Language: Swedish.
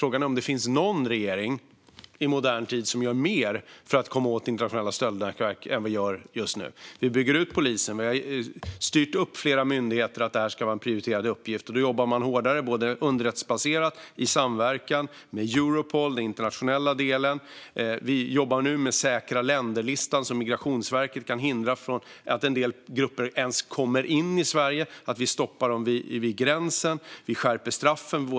Frågan är om det finns någon regering i modern tid som har gjort mer för att komma åt internationella stöldnätverk än vad vi gör just nu. Vi bygger ut polisen. Vi har styrt upp flera myndigheter så att detta ska vara en prioriterad uppgift. Nu jobbar man hårdare underrättelsebaserat i samverkan med Europol i den internationella delen. Vi jobbar nu med säkra länder-listan som gör att Migrationsverket kan hindra att en del grupper ens kommer in i Sverige. Vi stoppar dem vid gränsen, och vi skärper straffen.